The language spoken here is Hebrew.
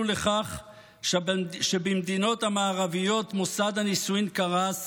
לכך שבמדינות המערביות מוסד הנישואים קרס